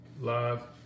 love